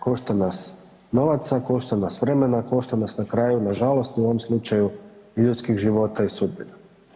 Košta nas novaca, košta nas vremena, košta nas na kraju na žalost i u ovom slučaju ljudskih života i sudbina.